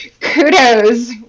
kudos